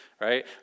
Right